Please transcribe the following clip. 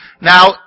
Now